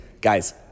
Guys